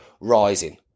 Rising